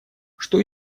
что